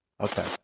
Okay